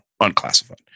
unclassified